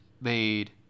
made